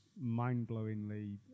mind-blowingly